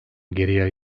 geriye